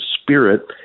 spirit